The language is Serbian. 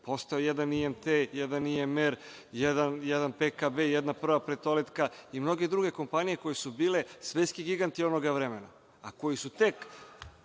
Postojao je jedna IMT, jedan IMR, jedan PKB, jedna Prva petolekta i mnoge druge kompanije koje su bile svetski giganti onog vremena, a koji su tek,